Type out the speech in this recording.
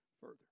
further